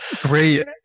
Great